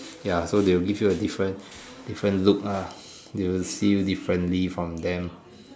ya so they will give you a different different look ah they will see you differently from them